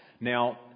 Now